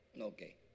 Okay